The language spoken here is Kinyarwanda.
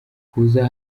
kuza